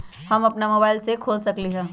हम अपना मोबाइल से खोल सकली ह?